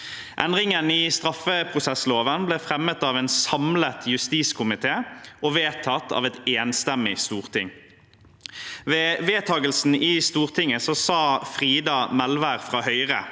Endringen i straffeprosessloven ble fremmet av en samlet justiskomité og vedtatt av et enstemmig Storting. Ved vedtakelsen i Stortinget sa Frida Melvær fra Høyre: